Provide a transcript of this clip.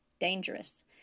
Dangerous